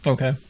Okay